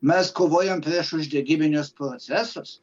mes kovojm prieš uždegiminius procesus